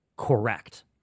correct